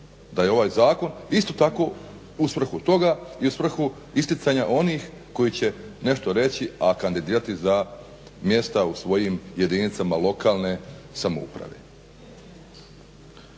da je ovaj zakon isto tako u svrhu toga i u svrhu isticanja onih koji će nešto reći, a kandidirati za mjesta u svojim jedinicama lokalne samouprave.